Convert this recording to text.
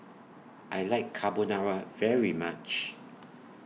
I like Carbonara very much